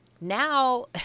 Now